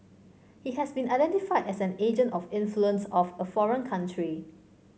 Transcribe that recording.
he has been identified as an agent of influence of a foreign country